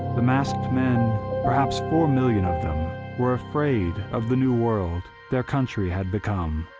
the masked men perhaps four million of them were afraid of the new world their country had become.